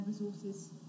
resources